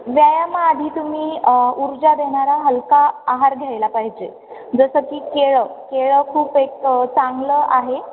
व्यायामाआधी तुम्ही ऊर्जा देणारा हलका आहार घ्यायला पाहिजे जसं की केळं केळं खूप एक चांगलं आहे